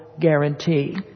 guarantee